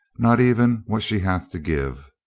not even what she hath to give.